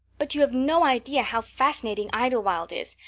but you have no idea how fascinating idlewild is.